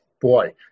boy